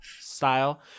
style